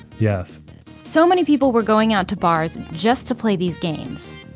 yes so many people were going out to bars just to play these games.